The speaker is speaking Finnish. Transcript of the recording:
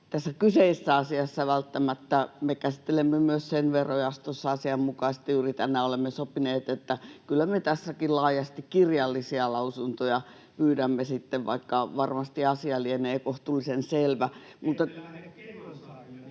tässä kyseisessä asiassa välttämättä. Me käsittelemme myös tämän verojaostossa asianmukaisesti. Juuri tänään olemme sopineet, että kyllä me tässäkin laajasti kirjallisia lausuntoja pyydämme sitten, vaikka varmasti asia lienee kohtuullisen selvä. [Ben Zyskowicz: